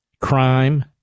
crime